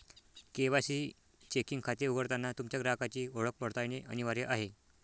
KYC checking खाते उघडताना तुमच्या ग्राहकाची ओळख पडताळणे अनिवार्य आहे